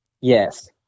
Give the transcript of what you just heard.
Yes